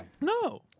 No